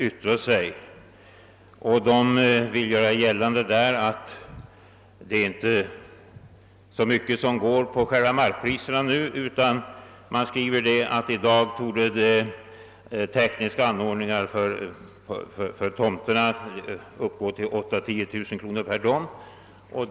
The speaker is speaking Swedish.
I sitt yttrande gör RLF gällande att kostnaderna inte så mycket hänfört sig till själva markpriserna som till det förhållandet att i dag kostnaderna för tekniska anordningar torde uppgå till 8 000— 10 000 kronor per tomt.